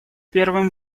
первым